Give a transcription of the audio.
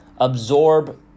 absorb